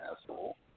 asshole